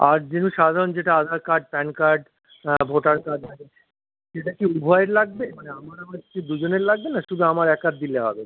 আর যেটা সাধারণ যেটা Aadhaar card PAN card voter card লাগে সেটা কি উভয়ের লাগবে মানে আমার আমার স্ত্রীর দুজনের লাগবে না শুধু আমার একার দিলে হবে